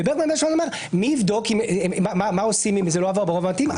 בברגמן בית המשפט אומר: מי יבדוק מה עושים אם זה לא עבר ברוב המתאים?